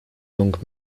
young